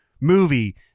movie